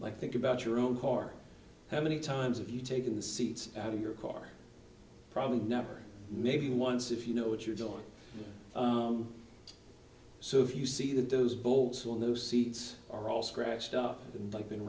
like think about your own car how many times have you taken the seats out of your car probably never maybe once if you know what you're doing so if you see that those bolts on those seats are all scratched up and